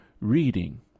reading